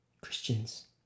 Christians